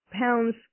pounds